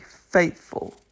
faithful